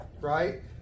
Right